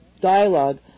dialogue